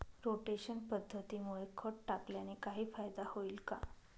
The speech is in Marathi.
रोटेशन पद्धतीमुळे खत टाकल्याने काही फायदा होईल का?